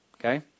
Okay